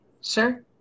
Sure